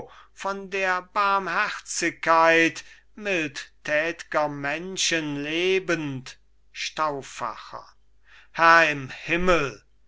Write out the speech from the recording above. von der barmherzigkeit mildtät'ger menschen lebend stauffacher herr im himmel